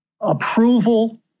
approval